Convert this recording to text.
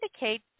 indicate